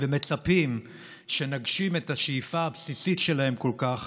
ומצפים שנגשים את השאיפה הבסיסית שלהם כל כך